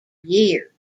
year